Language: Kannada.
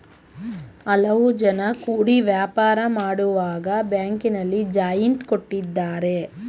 ಹಲವು ಜನ ಕೂಡಿ ವ್ಯಾಪಾರ ಮಾಡುವಾಗ ಬ್ಯಾಂಕಿನಲ್ಲಿ ಜಾಯಿಂಟ್ ಕೊಟ್ಟಿದ್ದಾರೆ